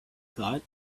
thought